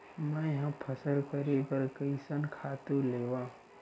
मैं ह फसल करे बर कइसन खातु लेवां?